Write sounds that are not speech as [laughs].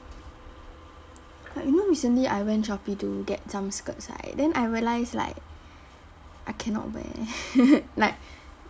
like you know recently I went shopee to get some skirts right then I realise like I cannot wear [laughs] like